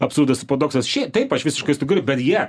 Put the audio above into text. absurdas ir paradoksas šie taip aš visiškai sutinku bet jie